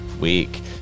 week